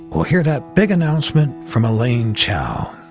we'll hear that big announcement from elaine chao,